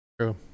true